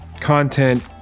content